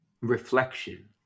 reflection